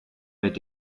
mit